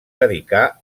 dedicà